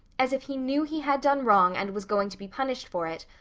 as if he knew he had done wrong and was going to be punished for it,